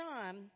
John